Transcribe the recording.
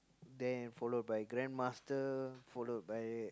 then followed by Grandmaster followed by